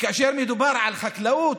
וכאשר מדובר על חקלאות,